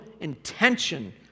intention